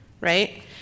right